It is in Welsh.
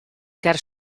ger